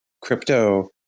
crypto